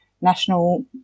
national